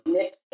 Nick